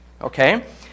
okay